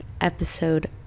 episode